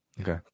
okay